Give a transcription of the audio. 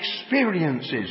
experiences